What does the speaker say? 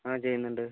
ആ ചെയ്യുന്നുണ്ട്